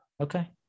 Okay